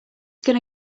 gonna